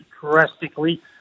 drastically